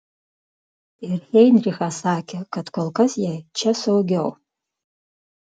ir heinrichas sakė kad kol kas jai čia saugiau